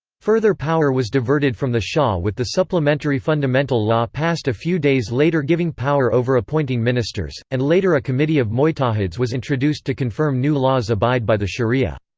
further power was diverted from the shah with the supplementary fundamental law passed a few days later giving power over appointing ministers, and later later a committee of mujtahids was introduced to confirm new laws abide by the shari'ah.